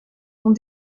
ont